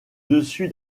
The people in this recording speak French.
dessus